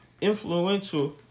influential